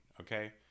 okay